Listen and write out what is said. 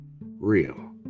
real